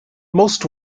most